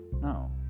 No